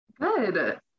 good